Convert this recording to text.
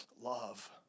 love